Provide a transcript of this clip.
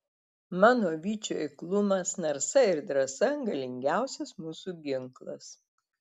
mano vyčių eiklumas narsa ir drąsa galingiausias mūsų ginklas